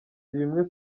bimwe